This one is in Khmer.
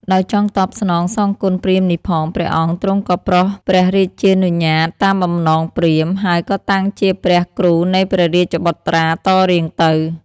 ដោយចង់តបស្នងសងគុណព្រាហ្មណ៍នេះផង ព្រះអង្គទ្រង់ក៏ប្រោសព្រះរាជានុញ្ញាត តាមបំណងព្រាហ្មណ៍ ហើយក៏តាំងជាព្រះគ្រូនៃព្រះរាជបុត្រាតរៀងទៅ ។